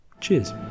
Cheers